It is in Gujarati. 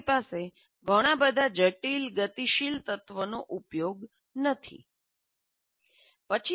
તમારી પાસે ઘણા બધા જટિલ ગતિશીલ તત્વોનો ઉપયોગ નથી